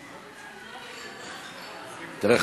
תראה,